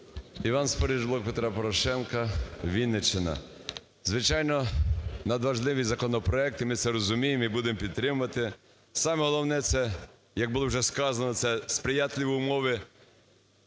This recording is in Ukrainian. Іван Спориш, "Блок Петра Порошенка", Вінниччина. Звичайно, надважливий законопроект і ми це розуміємо, і будемо підтримувати. Саме головне, як було вже сказано, це сприятливі умови